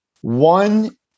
One